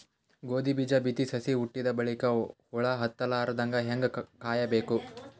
ಗೋಧಿ ಬೀಜ ಬಿತ್ತಿ ಸಸಿ ಹುಟ್ಟಿದ ಬಲಿಕ ಹುಳ ಹತ್ತಲಾರದಂಗ ಹೇಂಗ ಕಾಯಬೇಕು?